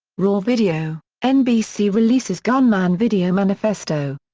raw video nbc releases gunman video manifesto.